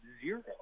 zero